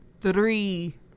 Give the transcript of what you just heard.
Three